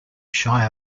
shy